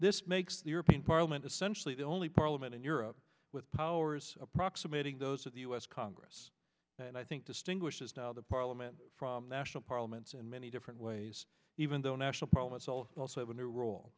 this makes the european parliament essentially the only parliament in europe with powers approximating those of the us congress and i think distinguishes now the parliament from national parliaments in many different ways even though national parliaments also have a new role